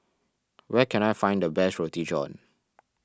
where can I find the best Roti John